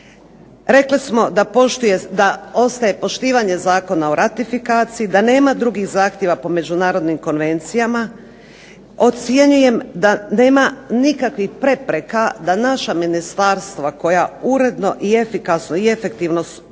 Rekli smo da ostaje poštivanje Zakona o ratifikaciji, da nema drugih zahtjeva po međunarodnim konvencijama, ocjenjujem da nema nikakvih prepreka da naša ministarstva koja uredno i efikasno i efektivno rade